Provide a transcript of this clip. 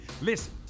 Listen